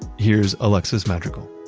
here's alexis madrigal